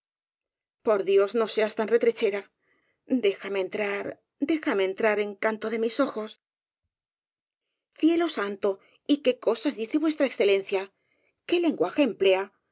por dios no seas retrechera déjame entrar déjame entrar encanto de mis ojos cielo santo y qué cosas dice v e qué len guaje emplea